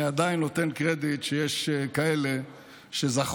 אני עדיין נותן קרדיט לכך שיש כאלה שזכרו